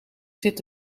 zit